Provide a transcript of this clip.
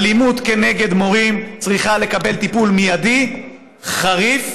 שאלימות כנגד מורים צריכה לקבל טיפול מיידי, חריף